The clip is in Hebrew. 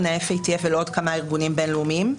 ה-FATF ולעוד כמה ארגונים בין-לאומיים.